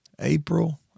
April